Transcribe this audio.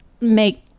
make